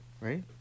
right